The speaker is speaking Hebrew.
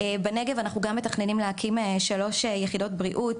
בנגב אנחנו גם מתכננים להקים כשלוש יחידות בריאות,